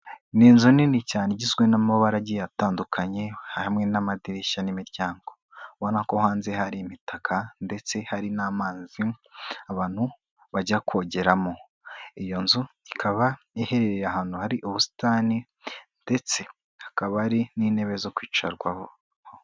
Ni inzu nini cyane igizwe n'amabara agiye atandukanye hamwe n'amadirishya n'imiryango, ubona ko hanze hari imitaka ndetse hari n'amazi abantu bajya kogeramo. Iyo nzu ikaba iherereye ahantu hari ubusitani ndetse hakaba hari n'intebe zo kwicarwaho.